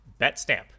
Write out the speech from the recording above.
Betstamp